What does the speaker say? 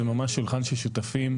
זה ממש שולחן של שותפים,